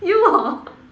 you hor